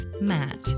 Matt